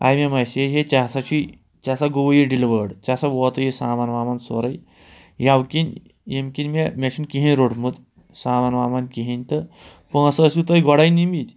آیہِ مےٚ میسیج ہے ژےٚ ہسا چھُے ژےٚ ہسا گوٚو یہِ ڈِلؤٲرڈ ژےٚ ہسا ووتُے یہِ سامان وامان سورُے یَوِٕ کِنۍ ییٚمہِ کِنۍ مےٚ مےٚ چھُ نہٕ کِہیٖنٛۍ روٚٹمُت سامان وامان کِہیٖنٛۍ تہٕ پۅنٛسہٕ ٲسِو تۄہہِ گۄڈَے نِمٕتۍ